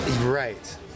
Right